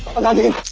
aladdin.